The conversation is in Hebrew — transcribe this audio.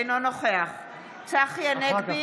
אינו נוכח צחי הנגבי,